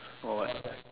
or like